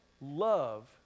love